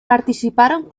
participaron